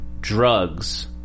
drugs